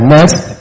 Next